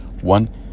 One